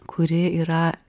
kuri yra